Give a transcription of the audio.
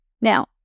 Now